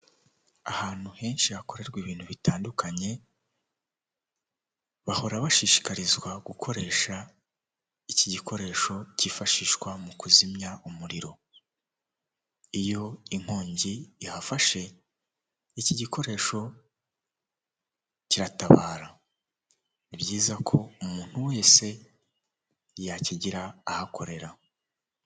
Ahantu henshi hakorerwa ibintu bitandukanye bahora bashishikarizwa gukoresha iki gikoresho kifashishwa mu kuzimya umuriro iyo inkongi ihafashe iki gikoresho kiratabara ni byiza ko umuntu wese yakigira aho akorera.